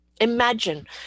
Imagine